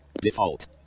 Default